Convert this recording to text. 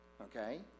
Okay